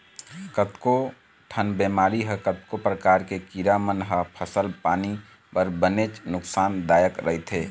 कतको ठन बेमारी ह कतको परकार के कीरा मन ह फसल पानी बर बनेच नुकसान दायक रहिथे